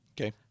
Okay